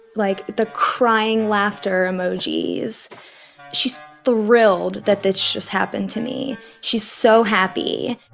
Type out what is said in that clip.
like, the crying laughter emojis. she's she's thrilled that this just happened to me. she's so happy